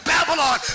Babylon